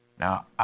Now